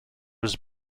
was